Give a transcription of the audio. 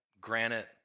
granite